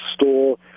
store